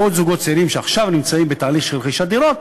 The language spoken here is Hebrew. מאות זוגות צעירים שעכשיו נמצאים בתהליך של רכישת דירות,